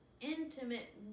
intimate